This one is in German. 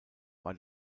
war